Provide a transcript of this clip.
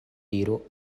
diru